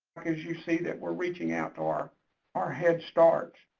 as you see, that we're reaching out to our our head start